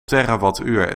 terawattuur